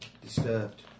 disturbed